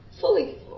fully